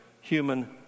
human